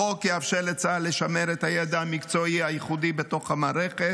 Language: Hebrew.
החוק יאפשר לצה"ל לשמר את הידע המקצועי הייחודי בתוך המערכת,